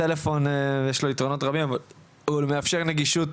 לטלפון יש יתרונות רבים אבל הוא מאפשר נגישות